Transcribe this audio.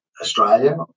Australia